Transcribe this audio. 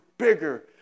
bigger